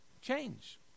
change